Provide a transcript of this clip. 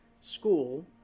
school